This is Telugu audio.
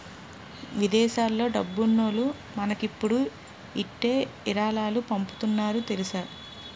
విదేశాల్లో డబ్బున్నోల్లు మనకిప్పుడు ఇట్టే ఇరాలాలు పంపుతున్నారు తెలుసా